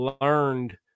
learned